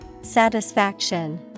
Satisfaction